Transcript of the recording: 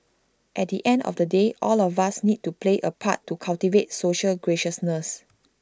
at the end of the day all of us need to play A part to cultivate social graciousness